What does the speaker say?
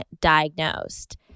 diagnosed